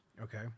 Okay